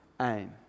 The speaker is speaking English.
aim